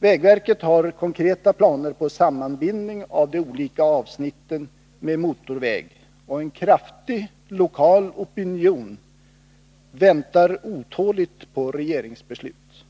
Vägverket har konkreta planer på sammanbindning av de olika avsnitten med motorväg, och en kraftig lokal opinion väntar otåligt på regeringsbeslut.